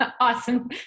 Awesome